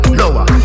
lower